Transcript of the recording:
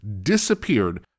disappeared